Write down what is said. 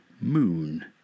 moon